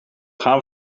gaan